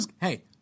Hey